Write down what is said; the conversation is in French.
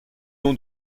nom